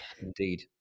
Indeed